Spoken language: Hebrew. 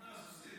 שומר סוסים.